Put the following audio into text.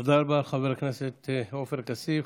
תודה רבה לחבר הכנסת עופר כסיף.